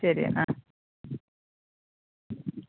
ശെരിയെന്നാൽ ആ